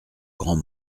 grands